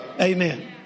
Amen